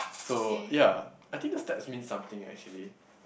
so ya I think the steps mean something actually